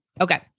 Okay